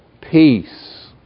peace